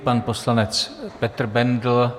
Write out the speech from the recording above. Pan poslanec Petr Bendl.